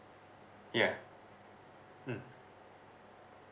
ya mm